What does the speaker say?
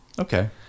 Okay